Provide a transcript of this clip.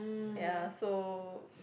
ya so